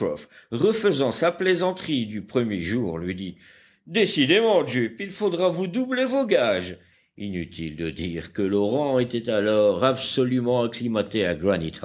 refaisant sa plaisanterie du premier jour lui dit décidément jup il faudra vous doubler vos gages inutile de dire que l'orang était alors absolument acclimaté